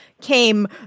came